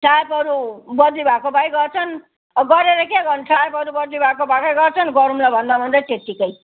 स्टाफहरू बद्ली भएको भई गर्छन् अब गरेर के गर्नु साहबहरू बद्ली भएको भएकै गर्छन् गरौँला भन्दाभन्दै त्यत्तिकै